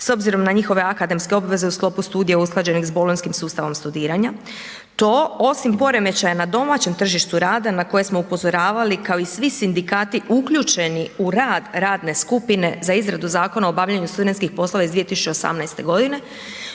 s obzirom na njihove akademske obveze u sklopu studija usklađenih s bolonjskim sustavom studiranja, to osim poremećaja na domaćem tržištu rada na koje smo upozoravali, kao i svi sindikati uključeni u rad, radne skupine za izradu Zakona o obavljanju studentskih poslova iz 2018.g.,